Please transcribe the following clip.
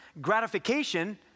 gratification